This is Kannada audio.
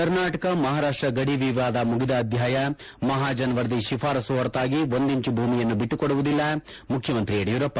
ಕರ್ನಾಟಕ ಮಹಾರಾಷ್ಷ ಗಡಿ ವಿವಾದ ಮುಗಿದ ಅಧ್ಯಾಯ ಮಹಾಜನ ವರದಿ ಶಿಫಾರಸು ಹೊರತಾಗಿ ಒಂದು ಇಂಚು ಭೂಮಿಯನ್ನೂ ಬಿಟ್ಟುಕೊಡುವುದಿಲ್ಲ ಮುಖ್ಯಮಂತ್ರಿ ಯಡಿಯೂರಪ್ಪ